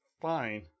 fine